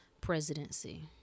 presidency